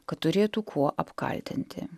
kad turėtų kuo apkaltinti